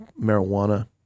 marijuana